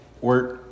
work